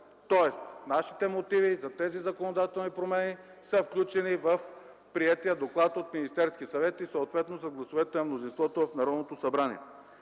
тоест нашите мотиви за тези законодателни промени са включени в приетия доклад от Министерския съвет, съответно приет с гласовете на мнозинството в Народното събрание.